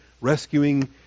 rescuing